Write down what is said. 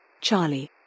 Charlie